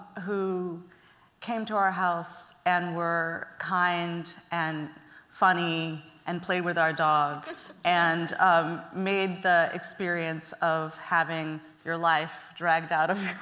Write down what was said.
who came to our house and were kind and funny and played with our dog and um made the experience of having your life dragged out of